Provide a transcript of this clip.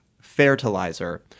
Fertilizer